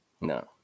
No